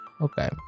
Okay